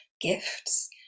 gifts